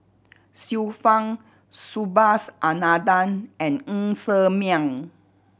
Xiu Fang Subhas Anandan and Ng Ser Miang